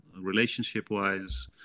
relationship-wise